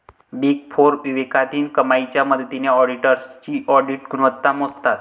big four विवेकाधीन कमाईच्या मदतीने ऑडिटर्सची ऑडिट गुणवत्ता मोजतात